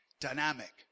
dynamic